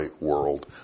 world